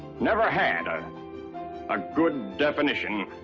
never had um a good definition